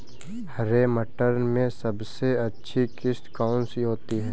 हरे मटर में सबसे अच्छी किश्त कौन सी होती है?